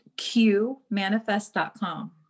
qmanifest.com